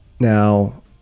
Now